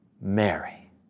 Mary